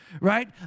Right